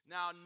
Now